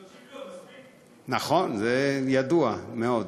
נכון, זה ידוע מאוד.